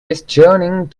questioning